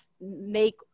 make